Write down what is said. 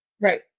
Right